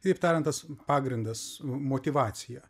kaip talentas pagrindas motyvacija